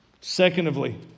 Secondly